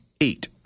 Eight